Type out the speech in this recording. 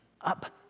up